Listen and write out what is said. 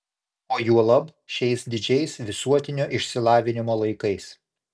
o juolab šiais didžiais visuotinio išsilavinimo laikais